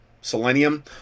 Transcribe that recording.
selenium